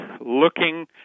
looking